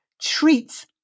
treats